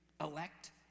elect